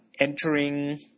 entering